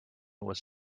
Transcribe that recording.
was